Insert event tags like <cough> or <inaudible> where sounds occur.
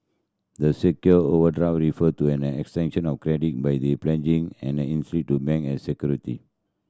the secure over draw refer to an extension of credit by the <unintelligible> an <unintelligible> to ban as security